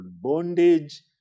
bondage